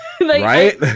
Right